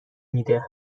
میده